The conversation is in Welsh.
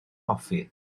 hoffi